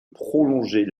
prolonger